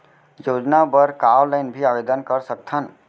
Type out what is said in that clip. योजना बर का ऑनलाइन भी आवेदन कर सकथन?